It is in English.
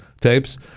tapes